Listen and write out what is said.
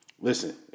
Listen